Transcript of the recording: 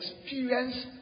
experience